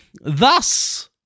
Thus